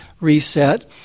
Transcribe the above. reset